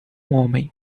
homem